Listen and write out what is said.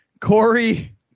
Corey